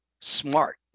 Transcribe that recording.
smart